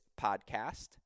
podcast